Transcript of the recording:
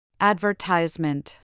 advertisement